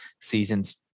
seasons